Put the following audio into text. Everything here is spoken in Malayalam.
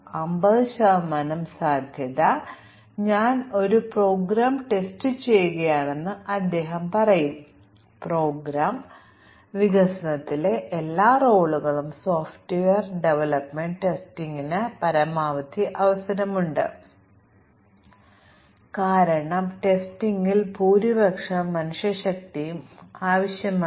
പ്രോഗ്രാം എഴുതുമ്പോൾ പ്രോഗ്രാമർ ലളിതമായ പിശകുകൾ വരുത്തിയ ലളിതമായ പ്രോഗ്രാമിംഗ് ബഗുകളിൽ മ്യൂട്ടേഷൻ ടെസ്റ്റിംഗ് വളരെ ഫലപ്രദമാണ് എന്നാൽ അൽഗോരിതം ബഗ്സ് പെർഫോമൻസ് ബഗുകൾ പോലുള്ള സങ്കീർണ്ണമായ ബഗുകൾ മ്യൂട്ടേഷൻ ടെസ്റ്റിംഗ് അത്ര ഫലപ്രദമാകണമെന്നില്ല